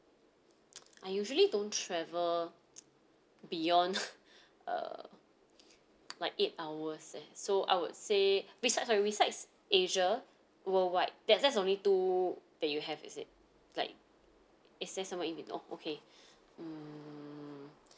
I usually don't travel beyond uh like eight hours eh so I would say besides I besides asia worldwide that that's only two that you have is it like is there somewhere in betw~ oh okay um